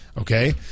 Okay